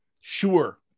Sure